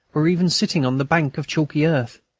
were even sitting on the bank of chalky earth.